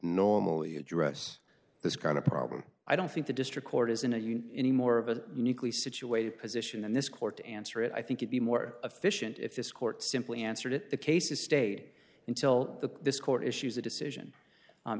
normally address this kind of problem i don't think the district court is in a you any more of a uniquely situated position and this court to answer it i think you'd be more efficient if this court simply answered it the case is stayed until the this court issues a decision